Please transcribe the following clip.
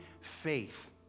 faith